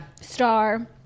star